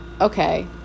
okay